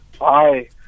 Hi